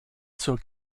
zur